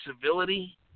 civility